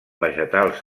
vegetals